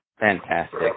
Fantastic